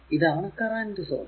ഇതാണ് current source